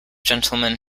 gentleman